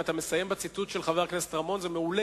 אם אתה מסיים בציטוט של חבר הכנסת רמון זה מעולה